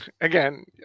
Again